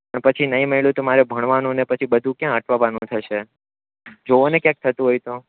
પણ પછી નહીં મળ્યું તો મારે ભણવાનું ને પછી બધું કયાં અટવાવાનું થશે જુઓ ને ક્યાંક થતું હોય તો